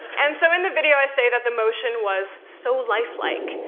and so in the video, i say that the motion was so lifelike.